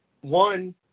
One